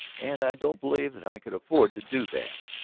and i don't believe that i could afford to do that.